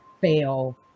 fail